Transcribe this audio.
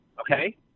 Okay